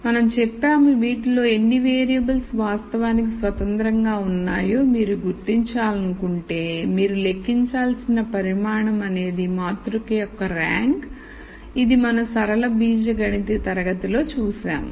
మనం చెప్పాము వీటిలో ఎన్ని వేరియబుల్స్ వాస్తవానికి స్వతంత్రంగా ఉన్నాయో మీరు గుర్తించాలనుకుంటే మీరు లెక్కించాల్సిన పరిమాణం అనేది మాతృక యొక్క ర్యాంక్ ఇది మనం సరళ బీజగణిత తరగతి లో చూసాము